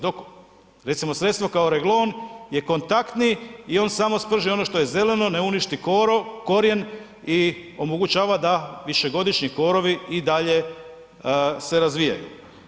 Dok recimo sredstva kao Reglone je kontaktni i on samo sprži ono što je zeleno ne uništi korov, korijen i omogućava da višegodišnji korovi i dalje se razvijaju.